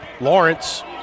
Lawrence